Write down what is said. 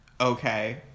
okay